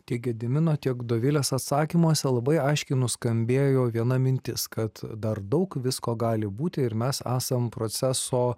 tiek gedimino tiek dovilės atsakymuose labai aiškiai nuskambėjo viena mintis kad dar daug visko gali būti ir mes esam proceso